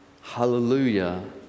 Hallelujah